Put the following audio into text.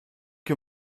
que